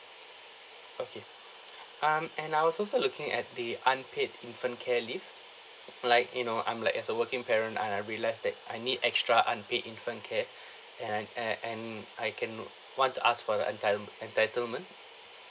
okay um and I was also looking at the unpaid infant care leave like you know I'm like as a working parent I I realise that I need extra unpaid infant care and and and I can want to ask for the enti~ entitlement